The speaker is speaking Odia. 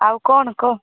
ଆଉ କ'ଣ କହ